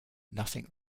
nothing